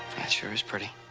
that sure is pretty.